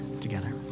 together